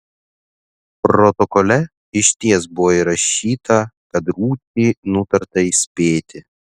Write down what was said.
protokole išties buvo įrašyta kad ručį nutarta įspėti